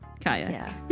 kayak